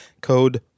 code